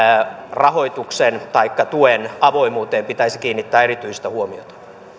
rahoituksen taikka tuen avoimuuteen pitäisi kiinnittää erityistä huomiota